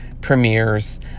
premieres